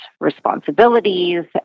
responsibilities